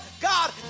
God